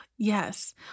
Yes